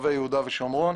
ברחבי יהודה ושומרון